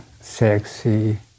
sexy